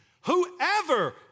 Whoever